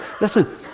Listen